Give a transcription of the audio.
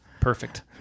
Perfect